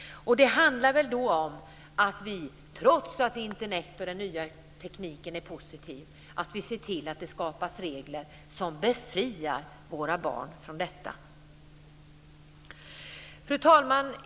Det handlar då om att vi, trots att Internet och den nya tekniken är positiv, ser till att det skapas regler som befriar våra barn från detta. Fru talman!